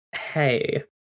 hey